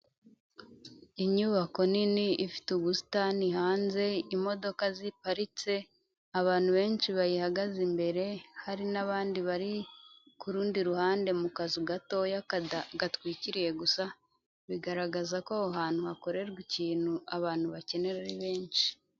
Inyubako nini ifite ubusitani hanze imodoka ziparitse, abantu benshi bayihagaze imbere, hari n'abandi bari kuru rundi ruhande mu kazu gato gatwikiriye gusa, bigaragaza ko aho ahantu hakorerwa ikintu abantu bakenera ari benshi.